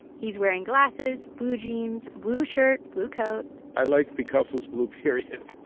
he's wearing glasses, blue jeans, blue shirt, blue coat i like picasso's blue period